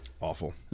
Awful